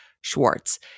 Schwartz